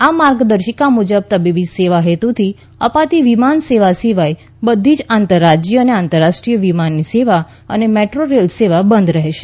આ માર્ગદર્શિકા મુજબ તબીબીસેવા હેતુથી અપાતી વિમાન સેવા સિવાય બધી જ આંતરરાજ્ય અને આંતરરાષ્ટ્રીય વિમાન સેવાઓ મેટ્રોરેલ સેવા બંધ રહેશે